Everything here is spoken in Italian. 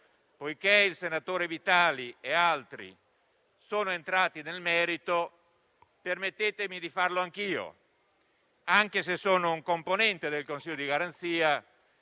poiché il senatore Vitali e altri sono entrati nel merito, permettete anche a me di farlo, anche se sono un componente del Consiglio di garanzia,